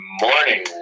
morning